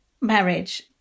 marriage